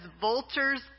vultures